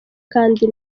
kandi